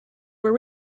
were